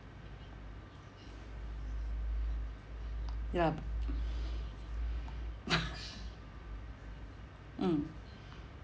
yup mm